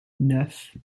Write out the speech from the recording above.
neuf